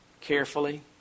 carefully